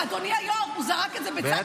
אדוני היו"ר, הוא זרק את זה בצד הדרך.